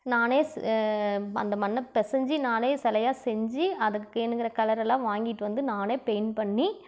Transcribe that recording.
நானே ஸ் அந்த மண்ணை பிசைஞ்சி நானே சிலையா செஞ்சு அதுக்கு வேணுங்கிற கலரெல்லாம் வாங்கிட்டு வந்து நானே பெயிண்ட் பண்ணி